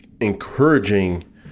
encouraging